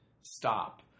stop